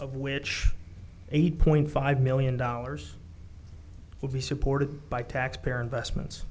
of which eight point five million dollars will be supported by taxpayer investments